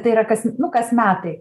tai yra kas nu kas metai